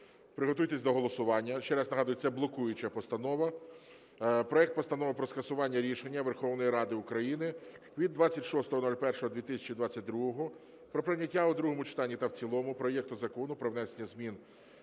Приготуйтесь до голосування. Ще раз нагадую, це блокуюча постанова. Проект Постанови про скасування рішення Верховної Ради України від 26.01.2022 про прийняття у другому читанні та в цілому проєкту Закону про внесення змін